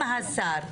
כן.